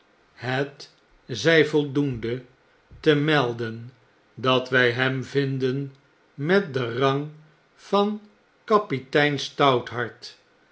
het zjj voldoende te melden dat wij hem vinden met den rang van kapitein